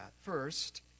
First